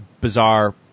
bizarre